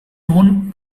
own